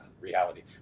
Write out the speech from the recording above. reality